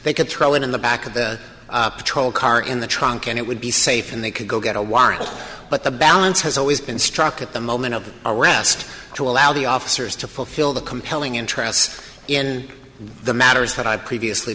they could throw it in the back of the patrol car in the trunk and it would be safe and they could go get a warrant but the balance has always been struck at the moment of the arrest to allow the officers to fulfill the compelling interests in the matters that i've previously